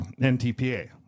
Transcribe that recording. NTPA